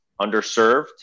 underserved